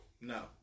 No